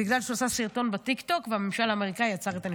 בגלל שהוא עשה סרטון בטיקטוק והממשל האמריקאי עצר את הנשקים.